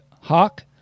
Hawk